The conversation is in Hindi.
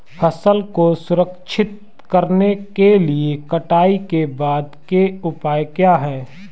फसल को संरक्षित करने के लिए कटाई के बाद के उपाय क्या हैं?